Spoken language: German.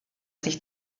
sich